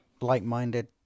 like-minded